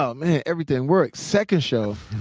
um man, everything works. second show,